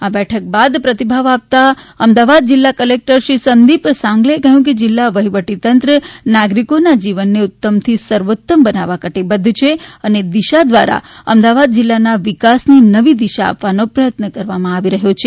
આ બેઠક બાદ પ્રતિભાવ આપતા અમદાવાદ જિલ્લા કલેકટર શ્રી સંદીપ સાંગલે કહ્યું હતું કે જિલ્લા વહીવટીતંત્ર નાગરિકોના જીવનને ઉત્તમથી સર્વોત્તમ બનાવવા કટિબદ્ધ છે અને દિશા દ્વારા અમદાવાદ જિલ્લાના વિકાસની નવી દિશા આપવાનો પ્રયત્ન કરવામાં આવી રહ્યો છે